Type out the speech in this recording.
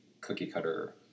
cookie-cutter